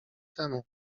temu